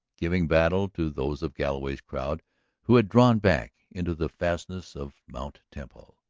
giving battle to those of galloway's crowd who had drawn back into the fastnesses of mt. temple.